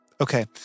Okay